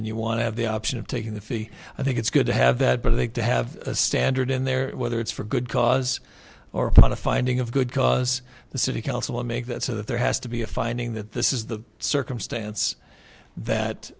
and you want to have the option of taking the fee i think it's good to have that but i think to have a standard in there whether it's for good cause or not a finding of good cause the city council make that so that there has to be a finding that this is the circumstance that